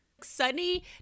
sunny